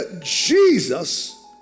Jesus